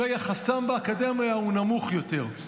שיחסם באקדמיה הוא נמוך יותר.